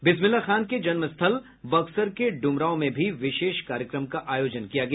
बिस्मिल्लाहा खान के जन्म स्थल बक्सर के ड्रमरांव में भी विशेष कार्यक्रम का आयोजन किया गया